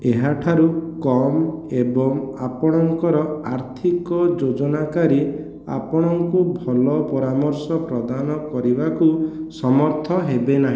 ଏହାଠାରୁ କମ୍ ଏବଂ ଆପଣଙ୍କର ଆର୍ଥିକ ଯୋଜନାକାରୀ ଆପଣଙ୍କୁ ଭଲ ପରାମର୍ଶ ପ୍ରଦାନ କରିବାକୁ ସମର୍ଥ ହେବେ ନାହିଁ